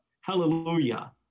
hallelujah